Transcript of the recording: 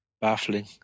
Baffling